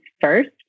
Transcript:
first